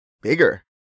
bigger